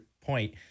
point